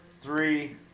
three